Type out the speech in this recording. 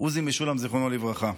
עוזי משולם, זיכרונו לברכה.